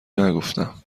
نگفتم